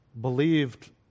believed